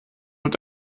mit